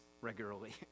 regularly